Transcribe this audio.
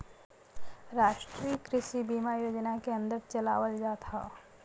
राष्ट्रीय कृषि बीमा योजना के अन्दर चलावल जात हौ